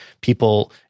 people